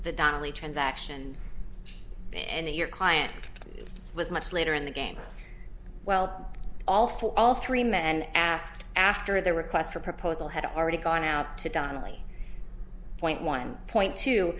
the donnelley transaction and your client was much later in the game well all for all three men and asked after the request for proposal had already gone out to donnelly point one point t